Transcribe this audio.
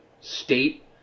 state